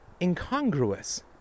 incongruous